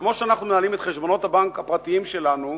שכמו שאנחנו מנהלים את חשבונות הבנק הפרטיים שלנו,